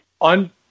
On